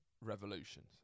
revolutions